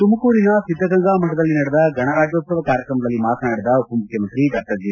ತುಮಕೂರಿನ ಸಿದ್ದಗಂಗಾ ಮಠದಲ್ಲಿ ನಡೆದ ಗಣರಾಜ್ಕೋತ್ಸವ ಕಾರ್ಯಕ್ರಮದಲ್ಲಿ ಮಾತನಾಡಿದ ಉಪಮುಖ್ಯಮಂತ್ರಿ ಡಾ ಜಿ